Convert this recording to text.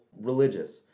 religious